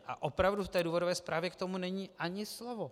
A opravdu v důvodové zprávě k tomu není ani slovo.